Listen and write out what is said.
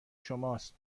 شماست